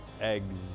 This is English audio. eggs